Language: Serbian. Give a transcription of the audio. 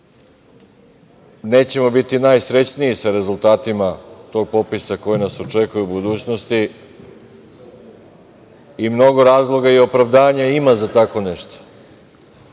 nećemo biti najsrećniji sa rezultatima tog popisa koji nas očekuje u budućnosti i mnogo razloga i opravdanja ima za tako nešto.